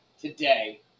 today